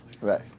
Right